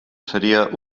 seria